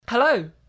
Hello